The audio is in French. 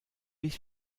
les